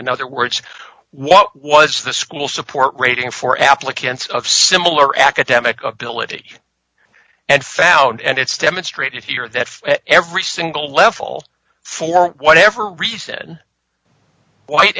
in other words what was the school support rating for applicants of similar academic ability and found and it's demonstrated here that for every single level for whatever reason white